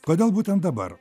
kodėl būtent dabar